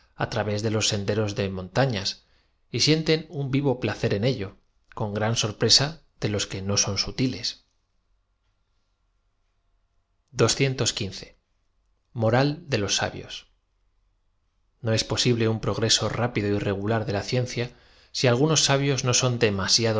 á través de los senderos de montafiaa y sienten un v iv o placer en ello con gran sorpresa de los que no son satiles o ra l de los sabios no es posible un progreso rápido y regu lar de la ciencia ai algunos sabios no son demasiado